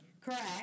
Correct